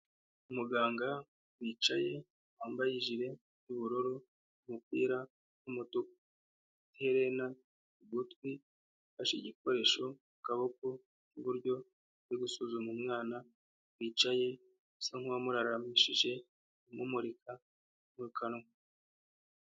Umuganga wicaye wambaye ijire y'ubururu, umupira w'umutuku, iherena ku gutwi ufashe igikoresho mu kaboko k'iburyo, uri gusuzuma umwana wicaye asa nk'uwamuraramishije amumurika mu kanwa.